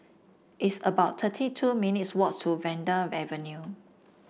it's about thirty two minutes' walk to Vanda Avenue